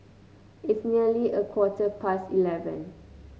its nearly a quarter past eleven